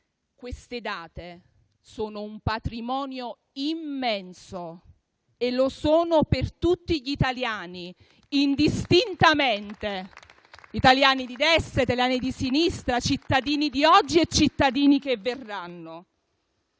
Queste date sono un patrimonio immenso e lo sono per tutti gli italiani, indistintamente, di destra e di sinistra, cittadini di oggi e cittadini che verranno.